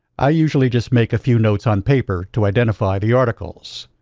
i usually just make a few notes on paper to identify the articles.